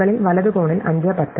മുകളിൽ വലത് കോണിൽ 5 10